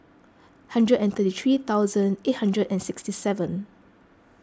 hundred and thirty three thousand eight hundred and sixty seven